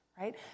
right